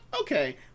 okay